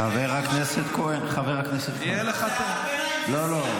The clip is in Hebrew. חבר הכנסת כהן, חבר הכנסת כהן, לא, לא.